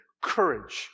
Courage